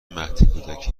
مهدکودکی